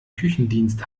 küchendienst